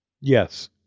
Yes